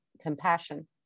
compassion